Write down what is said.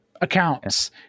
accounts